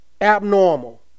Abnormal